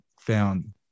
found